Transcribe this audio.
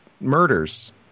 murders